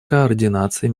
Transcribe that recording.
координации